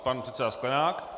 Pan předseda Sklenák.